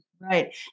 Right